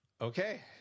Okay